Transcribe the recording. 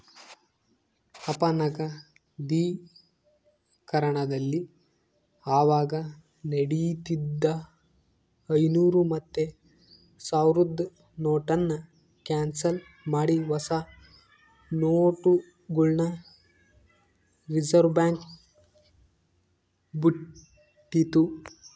ಅಪನಗದೀಕರಣದಲ್ಲಿ ಅವಾಗ ನಡೀತಿದ್ದ ಐನೂರು ಮತ್ತೆ ಸಾವ್ರುದ್ ನೋಟುನ್ನ ಕ್ಯಾನ್ಸಲ್ ಮಾಡಿ ಹೊಸ ನೋಟುಗುಳ್ನ ರಿಸರ್ವ್ಬ್ಯಾಂಕ್ ಬುಟ್ಟಿತಿ